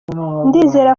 ndizera